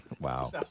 Wow